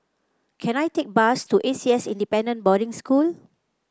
can I take a bus to A C S Independent Boarding School